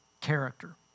character